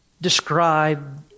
describe